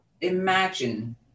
Imagine